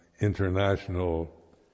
international